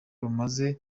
rumaze